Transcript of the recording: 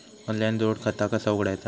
Online जोड खाता कसा उघडायचा?